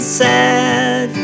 sad